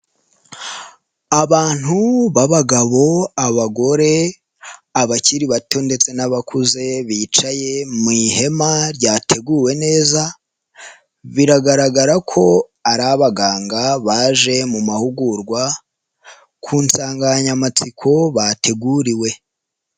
Abantu babagabo, abagore, abakiri bato ndetse n'abakuze bicaye mu ihema ryateguwe neza, biragaragara ko ari abaganga baje mu mahugurwa ku nsanganyamatsiko bateguriwe.